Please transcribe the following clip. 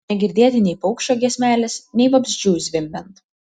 negirdėti nei paukščio giesmelės nei vabzdžių zvimbiant